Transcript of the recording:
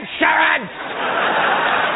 insurance